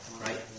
right